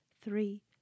three